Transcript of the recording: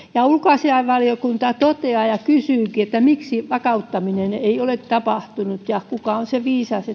ulkoasiainvaliokunta toteaa ja kysyykin miksi vakauttamista ei ole tapahtunut ja kuka on se viisas